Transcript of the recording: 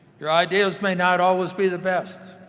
your ideas may not always be the best.